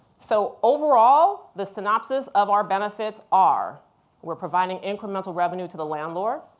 so overall, the synopsis of our benefits are we're providing incremental revenue to the landlord.